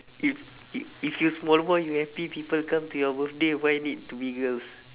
if if if you small boy you happy people come to your birthday why need to be girls